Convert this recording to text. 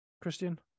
Christian